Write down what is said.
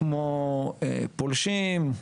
כמו פולשים.